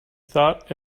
thought